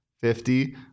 fifty